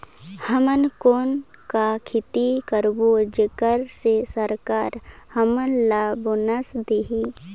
हमन कौन का खेती करबो जेकर से सरकार हमन ला बोनस देही?